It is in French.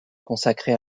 consacrées